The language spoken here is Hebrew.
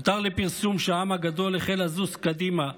הותר לפרסום שהעם הגדול החל לזוז קדימה,